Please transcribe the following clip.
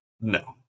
no